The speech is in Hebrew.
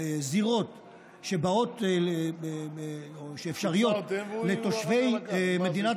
הזירות שבאות או שאפשריות לתושבי מדינת